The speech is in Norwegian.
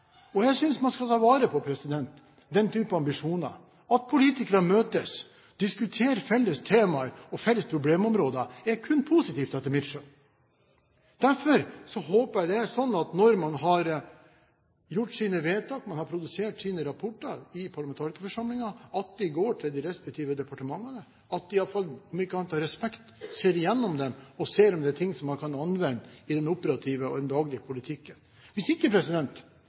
Jeg synes man skal ta vare på den slags ambisjoner. At politikere møtes, diskuterer felles temaer og felles problemområder, er kun positivt etter mitt skjønn. Derfor håper jeg det er slik at når man har gjort sine vedtak, man har produsert sine rapporter i parlamentarikerforsamlingen, at de går til de respektive departementene og at man, om ikke annet av respekt, ser gjennom dem og ser om det er ting man kan anvende i den operative og daglige politikken. Hvis ikke